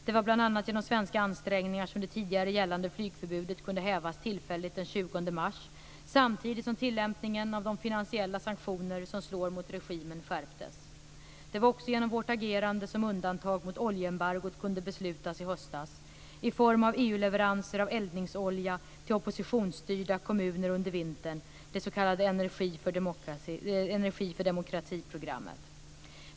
Det var bl.a. genom svenska ansträngningar som det tidigare gällande flygförbudet kunde hävas tillfälligt den 20 mars, samtidigt som tillämpningen av de finansiella sanktioner som slår mot regimen skärptes. Det var också genom vårt agerande som undantag mot oljeembargot kunde beslutas i höstas i form av EU leveranser av eldningsolja till oppositionsstyrda kommuner under vintern, det s.k. energi-fördemokrati-programmet.